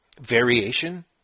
variation